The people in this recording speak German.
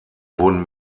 wurden